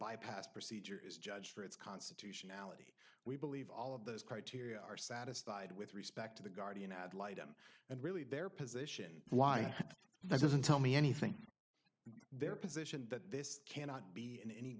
bypass procedure is judged for its constitutionality we believe all of those criteria are satisfied with respect to the guardian ad litum and really their position why that doesn't tell me anything their position that this cannot be in any